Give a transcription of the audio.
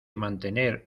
mantener